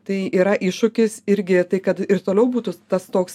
tai yra iššūkis irgi tai kad ir toliau būtų tas toks